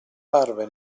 parve